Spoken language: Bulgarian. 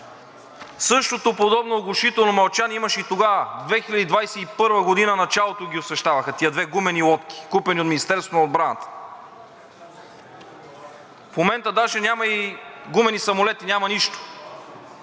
Същото подобно оглушително мълчание имаше и тогава – в началото на 2021 г. ги освещаваха тези две гумени лодки, купени от Министерството на отбраната. В момента даже няма и гумени самолети, няма нищо.